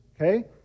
okay